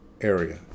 area